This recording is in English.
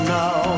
now